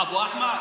אבו אחמר.